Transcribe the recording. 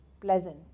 pleasant